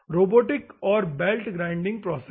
robotic और belt grinding process